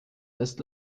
west